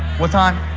what time?